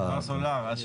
סולר.